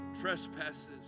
trespasses